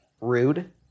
rude